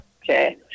Okay